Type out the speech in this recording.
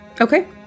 Okay